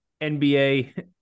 NBA